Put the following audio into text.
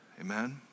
amen